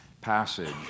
passage